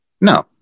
no